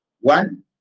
one